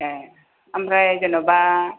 ए ओमफ्राय जेन'बा